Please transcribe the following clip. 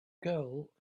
girl